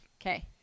Okay